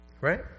Right